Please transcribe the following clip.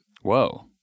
Whoa